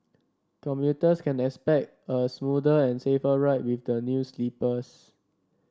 commuters can expect a smoother and safer ride with the new sleepers